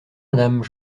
madame